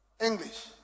English